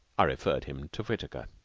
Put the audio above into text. i referred him to whittaker.